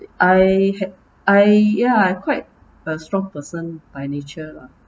I had I ya quite a strong person by nature lah